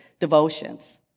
devotions